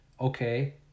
okay